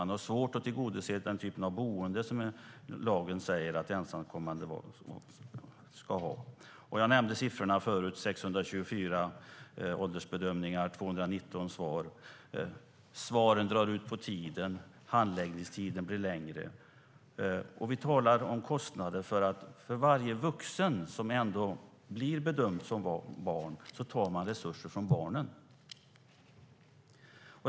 Man har svårt att tillgodose den typ av boende som lagen säger att ensamkommande barn ska ha. Jag nämnde siffrorna förut: 624 åldersbedömningar och 219 svar. Svaren drar ut på tiden, och handläggningstiderna blir längre. Vi talar om kostnader. För varje vuxen som ändå blir bedömd som barn tar man resurser från barnen.